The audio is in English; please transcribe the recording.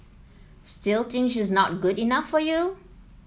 still think she's not good enough for you